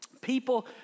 People